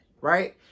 right